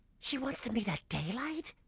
she wants to meet at daylight?